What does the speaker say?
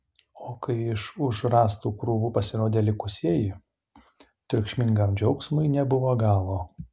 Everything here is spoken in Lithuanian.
o kai iš už rąstų krūvų pasirodė likusieji triukšmingam džiaugsmui nebuvo galo